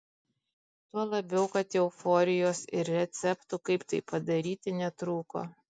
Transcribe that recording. tuo labiau kad euforijos ir receptų kaip tai padaryti netrūko